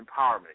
empowerment